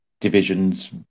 divisions